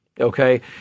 okay